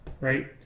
right